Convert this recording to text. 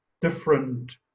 different